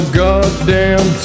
goddamn